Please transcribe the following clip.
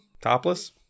topless